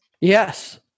Yes